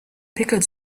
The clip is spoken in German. pickel